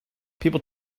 people